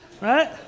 right